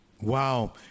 Wow